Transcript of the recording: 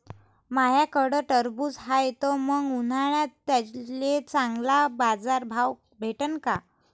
माह्याकडं टरबूज हाये त मंग उन्हाळ्यात त्याले चांगला बाजार भाव भेटन का?